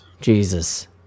Jesus